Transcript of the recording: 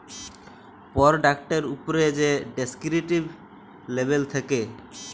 পরডাক্টের উপ্রে যে ডেসকিরিপ্টিভ লেবেল থ্যাকে